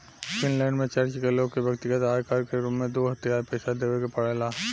Finland में church के लोग के व्यक्तिगत आय कर के रूप में दू तिहाई पइसा देवे के पड़ेला